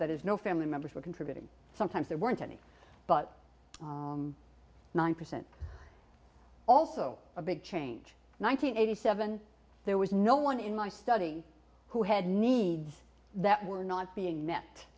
that is no family members were contributing sometimes there weren't any but nine percent also a big change nine hundred eighty seven there was no one in my study who had needs that were not being